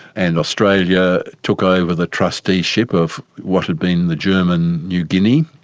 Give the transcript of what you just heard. and australia took over the trusteeship of what had been the german new guinea,